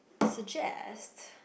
suggest